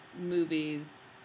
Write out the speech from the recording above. movies